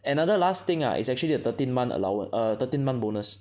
another last thing ah is actually the thirteenth month allow~ err thirteenth month bonus